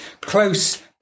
close